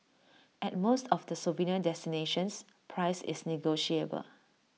at most of the souvenir destinations price is negotiable